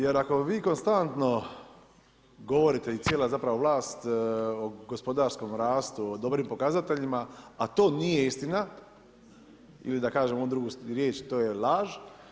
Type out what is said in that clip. Jer ako vi konstantno govorite i cijela zapravo vlast o gospodarskom rastu, o dobrim pokazateljima, a to nije istina ili da kažem onu drugu riječ, to je laž.